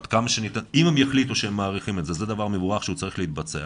אם הם יחליטו שהם מאריכים את זה זה דבר מבורך שצריך להתבצע.